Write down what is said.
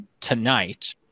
tonight